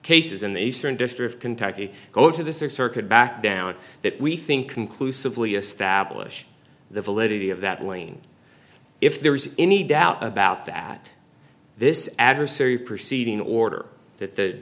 cases in the eastern district of kentucky go to this is circuit back down that we think conclusively establish the validity of that lien if there is any doubt about that this adversary proceeding in order that the